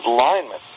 lineman